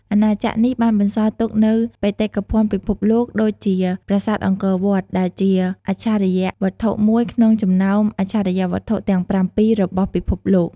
អាណាចក្រនេះបានបន្សល់ទុកនូវបេតិកភណ្ឌពិភពលោកដូចជាប្រាសាទអង្គរវត្តដែលជាអច្ឆរិយវត្ថុមួយក្នុងចំណោមអច្ឆរិយវត្ថុទាំងប្រាំពីររបស់ពិភពលោក។